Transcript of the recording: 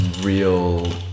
real